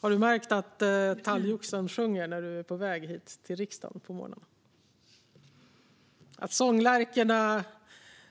Har du märkt att talgoxen sjunger när du är på väg hit till riksdagen på morgnarna? Har du märkt att sånglärkorna